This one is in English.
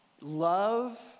love